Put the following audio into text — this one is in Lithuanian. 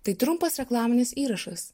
tai trumpas reklaminis įrašas